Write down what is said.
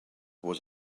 was